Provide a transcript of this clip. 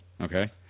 Okay